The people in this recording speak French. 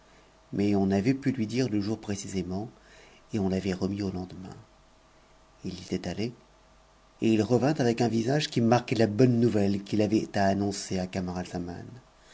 mais on n'avait pu lui dire le jour précisément et on t'avait ren s a lendemain il y était allé et il revint avec un visage qui marquait la h ouvftte qu'i avait à annoncer à